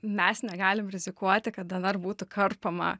mes negalim rizikuoti kad dnr būtų karpoma